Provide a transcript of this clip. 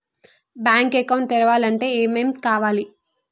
Bank account తెరవాలంటే ఏమేం కావాలి?